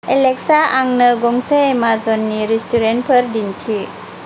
Alexa आंनो गंसे एमाजननि रेस्टुरेन्टफोर दिन्थि